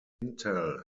intel